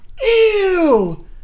Ew